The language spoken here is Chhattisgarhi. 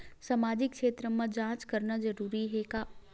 सामाजिक क्षेत्र म जांच करना जरूरी हे का?